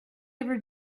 ever